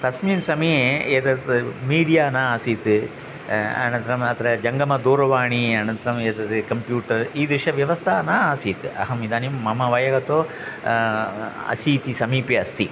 तस्मिन् समये यतः मीडिया न आसीत् अनन्तरम् अत्र जङ्गमदूरवाणी अनन्तरम् एतद् कम्प्यूटर् ईदृशी व्यवस्था न आसीत् अहम् इदानीं मम वयः तु अशीतिः समीपे अस्ति